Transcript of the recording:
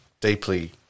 deeply